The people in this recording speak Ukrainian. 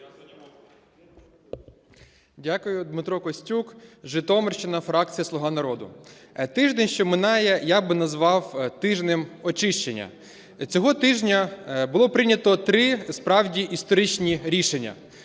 Дякую. Дмитро Костюк, Житомирщина, фракція "Слуга народу". Тиждень, що минає, я би назвав "тижнем очищення". Цього тижня було прийнято 2три справді історичні рішення.